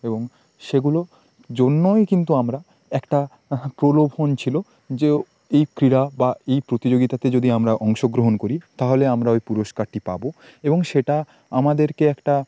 এবং সেগুলো জন্যই কিন্তু আমরা একটা প্রলোভন ছিল যে এই ক্রীড়া বা এই প্রতিযোগিতাতে যদি আমরা অংশগ্রহণ করি তাহলে আমরা ওই পুরস্কারটি পাব এবং সেটা আমাদেরকে একটা